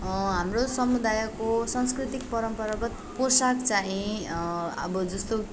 हाम्रो समुदायको सांस्कृतिक परम्परागत पोशाक चाहिँ अब जस्तो